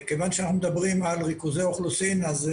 כיוון שאנחנו מדברים על ריכוזי אוכלוסין אז,